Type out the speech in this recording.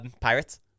Pirates